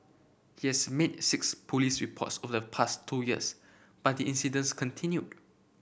he has made six police reports over the past two years but the incidents continued